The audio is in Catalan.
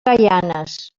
gaianes